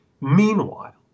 Meanwhile